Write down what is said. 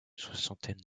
soixantaine